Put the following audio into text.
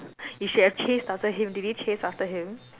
you should chase after him did they chase after him